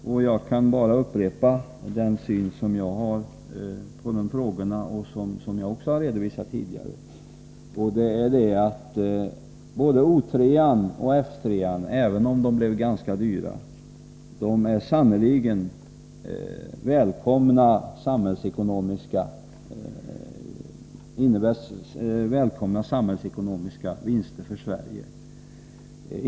Jag kan bara upprepa den syn som jag har på de frågorna och som jag också har redovisat tidigare. Både O3 och F3 innebar sannerligen välkomna samhällsekonomiska vinster för Sverige, även om de blev ganska dyra.